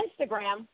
Instagram